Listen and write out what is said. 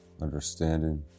Understanding